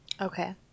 Okay